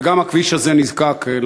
וגם הכביש הזה נזקק,